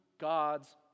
God's